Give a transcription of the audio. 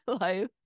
life